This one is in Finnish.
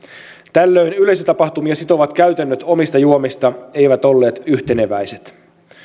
tällöin yleisötapahtumia sitovat käytännöt omista juomista eivät olleet yhteneväiset